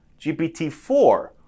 GPT-4